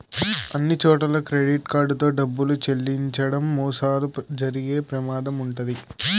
అన్నిచోట్లా credit card తో డబ్బులు చెల్లించడం మోసాలు జరిగే ప్రమాదం వుంటది